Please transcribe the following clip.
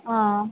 ஆஆ